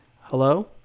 Hello